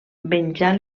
venjar